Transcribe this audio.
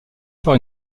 par